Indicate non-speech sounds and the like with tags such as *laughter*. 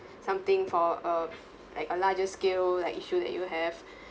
something for uh like a larger scale like issue that you have *breath*